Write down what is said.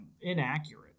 inaccurate